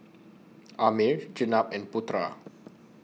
Ammir Jenab and Putera